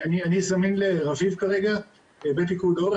אני זמין לאביב כרגע בפיקוד העורף,